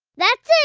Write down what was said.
that's it.